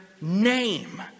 name